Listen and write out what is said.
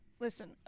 listen